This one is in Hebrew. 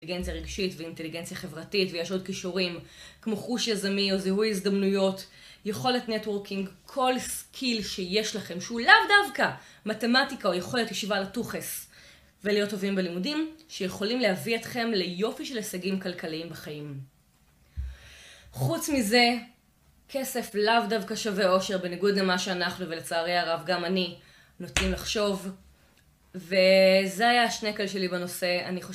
אינטליגנציה רגשית ואינטליגנציה חברתית ויש עוד כישורים כמו חוש יזמי או זיהוי הזדמנויות, יכולת נטוורקינג, כל סקיל שיש לכם שהוא לאו דווקא מתמטיקה או יכולת ישיבה על הטוכעס ולהיות טובים בלימודים, שיכולים להביא אתכם ליופי של הישגים כלכליים בחיים. חוץ מזה, כסף לאו דווקא שווה אושר, בניגוד למה שאנחנו ולצערי הרב גם אני נוטים לחשוב וזה היה השנקל שלי בנושא. אני חושבת